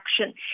action